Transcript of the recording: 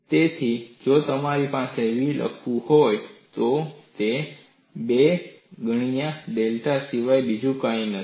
તેથી જો મારે v લખવું હોય તો તે 2 ગણા ડેલ્ટા સિવાય બીજું કંઈ નથી